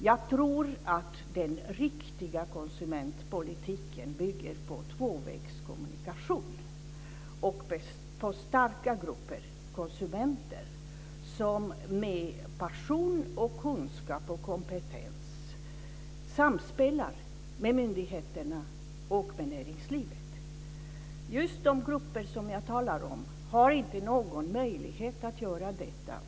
Jag tror att en riktig konsumentpolitik bygger på tvåvägskommunikation och på starka grupper av konsumenter, som med passion, kunskap och kompetens samspelar med myndigheterna och med näringslivet. De grupper som jag talar om har inte någon möjlighet att göra detta.